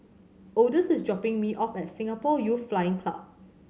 Odus is dropping me off at Singapore Youth Flying Club